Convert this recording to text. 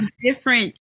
different